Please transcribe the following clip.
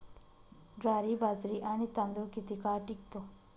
ज्वारी, बाजरी आणि तांदूळ किती काळ टिकतो?